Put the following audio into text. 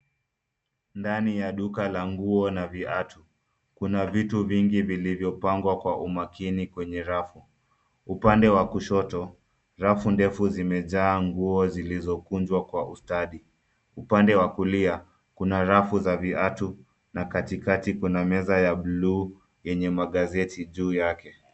Ndani ya duka la nguo na viatu, kuna vitu vingi vilivyopangwa kwa umakini kwenye rafu. Upande wa kushoto, rafu ndefu zimejaa nguo zilizokunjwa kwa ustadi. Upande wa kulia, kuna rafu za viatu na katikati kuna ya bluu yenye magazeti juu yake.